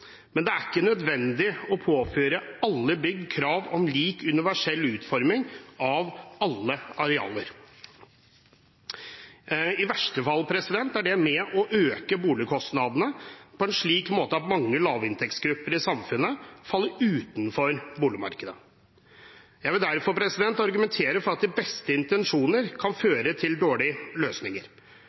Men det er ikke nødvendig å påføre alle bygg krav om lik universell utforming av alle arealer. I verste fall er det med på å øke boligkostnadene på en slik måte at mange lavinntektsgrupper i samfunnet faller utenfor boligmarkedet. Jeg vil derfor argumentere for at de beste intensjoner kan føre til dårlige løsninger.